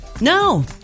No